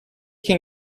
can